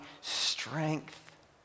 strength